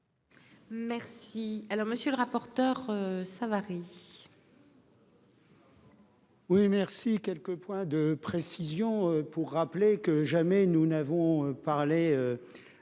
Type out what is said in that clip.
Merci. Alors monsieur le rapporteur. Savary. Oui merci quelques points de précision pour rappeler que jamais nous n'avons parlé.